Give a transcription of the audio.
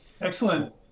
Excellent